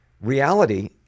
Reality